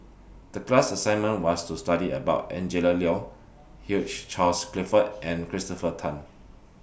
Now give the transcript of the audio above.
The class assignment was to study about Angela Liong Hugh Charles Clifford and Christopher Tan